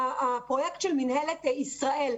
הפרויקט של מינהלת ישראל,